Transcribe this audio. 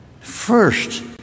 first